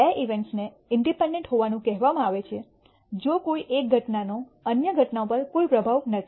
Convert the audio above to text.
બે events independent હોવાનું કહેવામાં આવે છે જો કોઈ એક ઘટનાનો અન્ય ની ઘટના પર કોઈ પ્રભાવ નથી